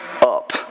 up